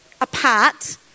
apart